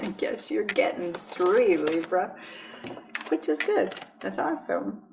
thank yes, you're getting three libra which is good that's awesome